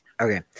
Okay